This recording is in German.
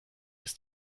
ist